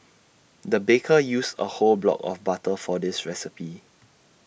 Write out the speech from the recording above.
the baker used A whole block of butter for this recipe